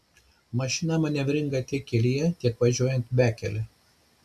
mašina manevringa tiek kelyje tiek važiuojant bekele